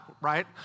right